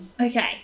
Okay